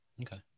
Okay